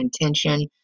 intention